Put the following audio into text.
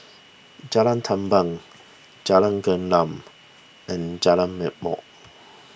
Jalan Tamban Jalan Gelam and Jalan Ma'mor